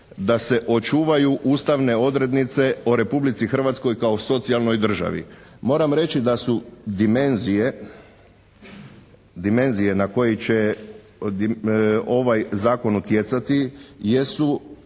da se očuvaju ustavne odrednice o Republici Hrvatskoj kao socijalnoj državi. Moram reći da su dimenzije na koje će ovaj zakon utjecati jesu